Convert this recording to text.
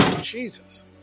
Jesus